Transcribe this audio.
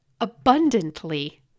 abundantly